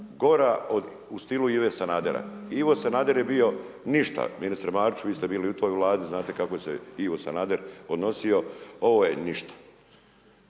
od u stilu Ive Sanadera. Ivo Sanader je bio ništa ministre Mariću, vi ste bili i u toj Vladi, znate kako je se Ivo Sanader odnosio, ovo je ništa.